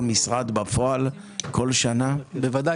בוודאי.